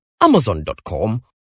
Amazon.com